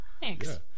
Thanks